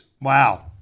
wow